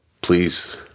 please